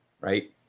right